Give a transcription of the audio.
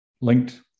linked